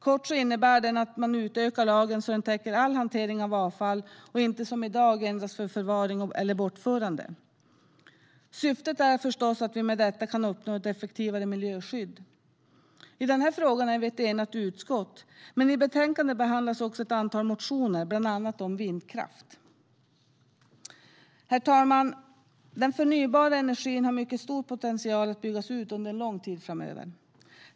Kort innebär den att man utökar lagen så att den täcker all hantering av avfall och inte som i dag endast för förvaring eller bortförande. Syftet är förstås att vi med detta kan uppnå ett effektivare miljöskydd. I den här frågan är vi ett enat utskott, men i betänkandet behandlas också ett antal motioner, bland annat om vindkraft. Herr ålderspresident! Den förnybara energin har mycket stor potential att byggas ut under en lång tid framöver.